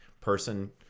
person